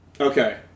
Okay